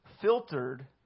filtered